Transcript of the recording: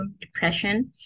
depression